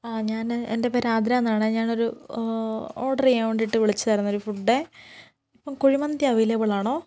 ആ ഞാൻ എൻ്റെ പേര് ആതിരാന്നാണ് ഞാനൊരു ഓർഡർ ചെയ്യാൻ വേണ്ടീട്ട് വിളിച്ചതായിരുന്നു ഒരു ഫുഡേ ഇപ്പം കുഴിമന്തി അവൈലബിളാണോ